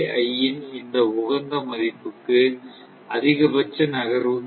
ன் இந்த உகந்த மதிப்புக்கு அதிகபட்ச நகர்வு கிடைக்கும்